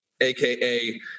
aka